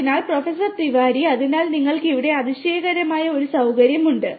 അതിനാൽ പ്രൊഫസർ തിവാരി അതിനാൽ നിങ്ങൾക്ക് ഇവിടെ അതിശയകരമായ ഒരു സൌകര്യമുണ്ട്